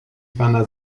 pana